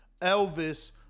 Elvis